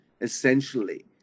essentially